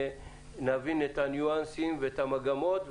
נבין את הניואנסים ואת המגמות,